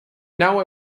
now